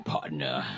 partner